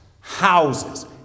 houses